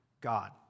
God